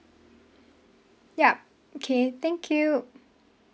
yup K thank you